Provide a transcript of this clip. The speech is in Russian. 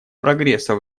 прогресса